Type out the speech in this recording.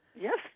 yes